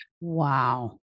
Wow